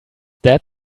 that